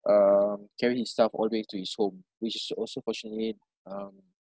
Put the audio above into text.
um carry his stuff all the way to his home which is also pushing it um